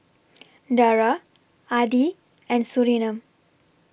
Dara Adi and Surinam